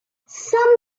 some